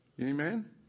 Amen